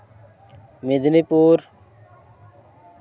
Medinipur